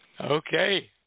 Okay